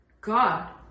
God